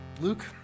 Luke